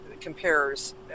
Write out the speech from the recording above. compares